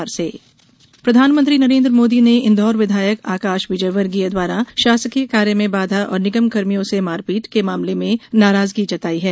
मोदी विजयवर्गीय प्रधानमंत्री नरेन्द्र मोदी ने इंदौर विधायक आकाश विजयवर्गीय द्वारा शासकीय कार्य में बाधा और निगमकर्मियों से मारपीट के मामले में नाराजगी जताई है